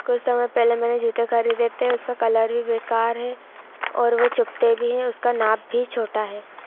कुस समय पहले मैंने जूते ख़रीदे थे उसका कलर भी बेकार है और वो चुभते भी हैं उसका नाप भी छोटा है